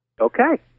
Okay